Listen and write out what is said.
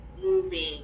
moving